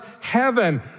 heaven